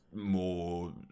more